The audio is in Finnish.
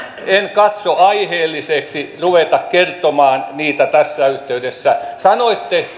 katso aiheelliseksi ruveta kertomaan niitä tässä yhteydessä sanoitte